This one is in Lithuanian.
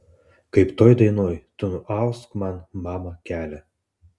kaip toj dainoj tu nuausk man mama kelią